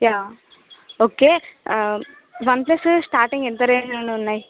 yeah okay one ప్లస్వి starting ఎంత రేంజ్లో ఉన్నాయి